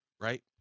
right